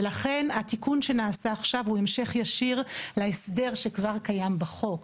ולכן התיקון שנעשה עכשיו הוא המשך ישיר להסדר שכבר קיים בחוק,